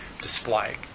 display